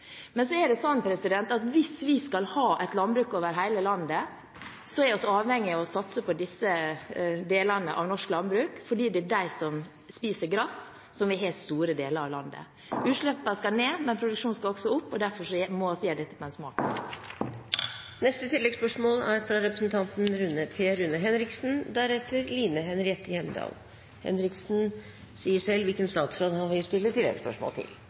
Men hvis vi skal ha et landbruk over hele landet, er vi avhengig av å satse på disse delene av norsk landbruk, fordi det er de som spiser gress, som vi har i store deler av landet. Så utslippene skal ned, men produksjonen skal opp, og derfor må vi gjøre dette på en smart